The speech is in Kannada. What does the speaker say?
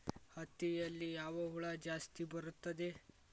ಹತ್ತಿಯಲ್ಲಿ ಯಾವ ಹುಳ ಜಾಸ್ತಿ ಬರುತ್ತದೆ?